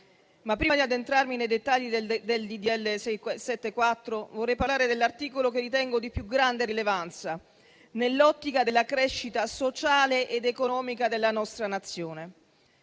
Prima di addentrarmi nei dettagli del disegno di legge n. 674, vorrei parlare dell'articolo che ritengo di più grande rilevanza nell'ottica della crescita sociale ed economica della nostra Nazione.